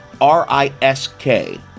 R-I-S-K